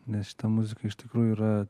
nes šita muzika iš tikrųjų yra